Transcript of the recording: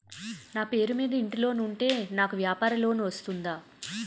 నా పేరు మీద ఇంటి లోన్ ఉంటే నాకు వ్యాపార లోన్ వస్తుందా?